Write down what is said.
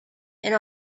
and